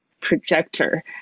projector